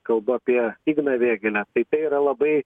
kalbu apie igną vėgėlę tai tai yra labai